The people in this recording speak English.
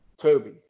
Toby